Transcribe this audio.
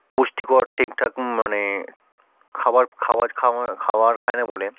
পুষ্টিকর ঠিকঠাক মানে খাবার খাবার খাবার খায় না বলে